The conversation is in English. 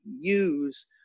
use